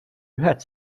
ühed